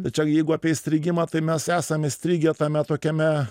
tai čia jeigu apie įstrigimą tai mes esam įstrigę tame tokiame